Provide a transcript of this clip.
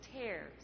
tears